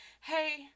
hey